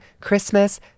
Christmas